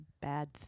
bad